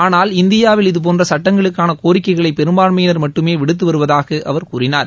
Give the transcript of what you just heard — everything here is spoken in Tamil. ஆனால் இந்தியாவில் இதபோன்ற சட்டங்களுக்கான கோரிக்கைகளை பெரும்பான்மையினர் மட்டுமே விடுத்து வருவதாக அவர் கூறினார்